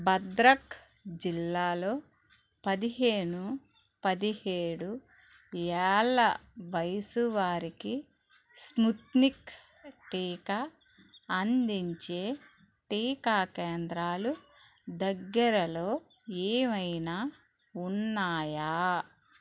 భద్రక్ జిల్లాలో పదిహేను పదిహేడు ఏళ్ల వయసు వారికి స్ముత్నిక్ టీకా అందించే టీకా కేంద్రాలు దగ్గరలో ఏవైనా ఉన్నాయా